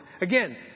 Again